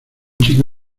chico